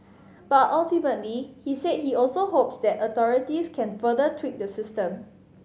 but ultimately he said he also hopes that authorities can further tweak the system